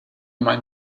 mind